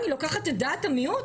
אני אקח את דעת המיעוט?